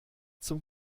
zum